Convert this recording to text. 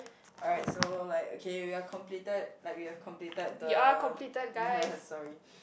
alright so like okay we are completed like we have completed the sorry